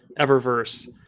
Eververse